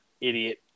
Idiot